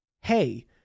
Hey